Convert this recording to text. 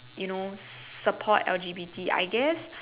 you know support L_G_B_T I guess